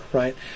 right